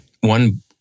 one